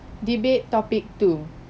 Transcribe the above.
debate topic two